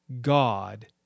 God